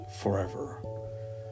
forever